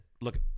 look